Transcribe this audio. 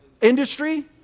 industry